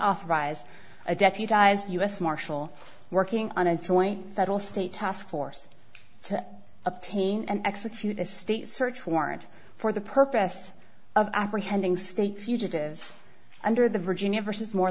authorize a deputized u s marshal working on a joint federal state task force to obtain and execute a state search warrant for the purpose of apprehending state fugitives under the virginia versus more